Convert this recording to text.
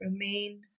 Remain